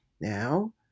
Now